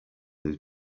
his